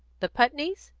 the putneys?